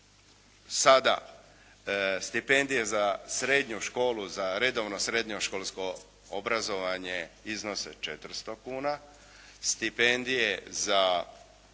Sada stipendije za srednju školu, za redovno srednjoškolsko obrazovanje iznose 400 kuna, stipendije za